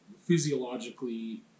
physiologically